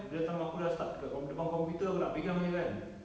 bila time aku dah start dekat com~ depan computer aku nak fikir lama jer kan